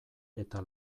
eta